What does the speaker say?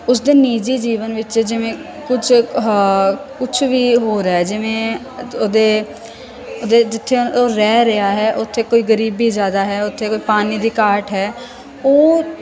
ਉਸਦੇ ਨਿੱਜੀ ਜੀਵਨ ਵਿੱਚ ਜਿਵੇਂ ਕੁਝ ਆਹ ਕੁਛ ਵੀ ਹੋਰ ਹੈ ਜਿਵੇਂ ਉਹਦੇ ਉਹਦੇ ਜਿੱਥੇ ਉਹ ਰਹਿ ਰਿਹਾ ਹੈ ਉੱਥੇ ਕੋਈ ਗਰੀਬੀ ਜ਼ਿਆਦਾ ਹੈ ਉੱਥੇ ਕੋਈ ਪਾਣੀ ਦੀ ਘਾਟ ਹੈ ਉਹ